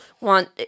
want